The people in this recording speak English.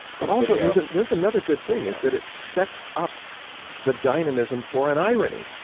but also there's and there's another good thing is that it sets up the dynamism for an irony.